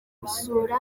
gusura